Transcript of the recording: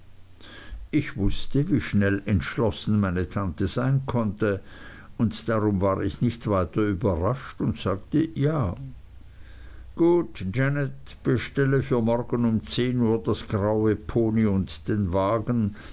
ich wußte wie schnell entschlossen meine tante sein konnte und darum war ich nicht weiter überrascht und sagte ja gut janet bestelle für morgen um zehn uhr das graue pony und den wagen